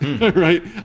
Right